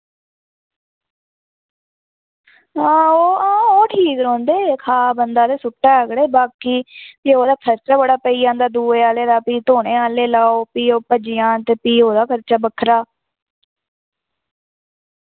हां ओ हां ओ ठीक रोह्नदे खा बंदा ते सुट्टै अगड़े बाकी फ्ही ओह्दा खर्चा बड़ा पेई जंदा दुए आह्ले दा फ्ही धोने आह्ले लाओ फ्ही ओह् भज्जी जान ते फ्ही ओह्दा खर्चा बक्खरा